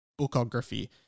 bookography